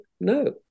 No